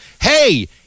Hey